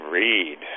read